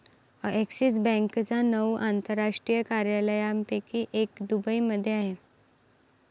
axis बँकेच्या नऊ आंतरराष्ट्रीय कार्यालयांपैकी एक दुबईमध्ये आहे